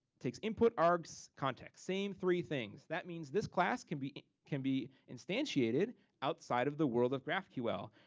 takes input, args, context, same three things. that means this class can be can be instantiated outside of the world of graphql,